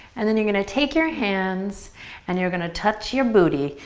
and then you're gonna take your hands and you're gonna touch your booty.